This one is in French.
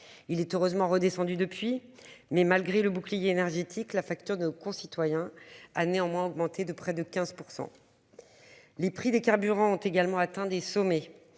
il est heureusement redescendu depuis mais malgré le bouclier énergétique, la facture de nos concitoyens a néanmoins augmenté de près de 15%. Les prix des carburants ont également atteint des sommets